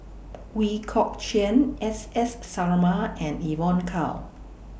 Ooi Kok Chuen S S Sarma and Evon Kow